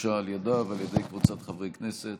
שהוגשה על ידה ועל ידי קבוצת חברי הכנסת.